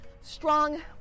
strong